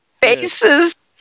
faces